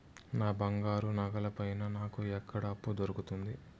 నా బంగారు నగల పైన నాకు ఎక్కడ అప్పు దొరుకుతుంది